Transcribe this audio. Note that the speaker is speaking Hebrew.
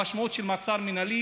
המשמעות של מעצר מינהלי,